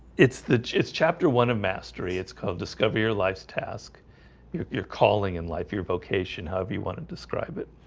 it's the jits chapter one of mastery. it's called discover your life's task your your calling in life your vocation. however, you want to describe it